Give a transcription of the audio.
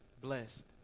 Blessed